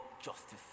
justice